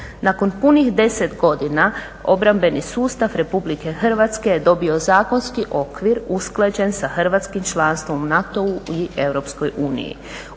Nakon punih 10 godina obrambeni sustav RH je dobio zakonski okvir usklađen sa hrvatskim članstvom u NATO-u i u EU.